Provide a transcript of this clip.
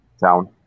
town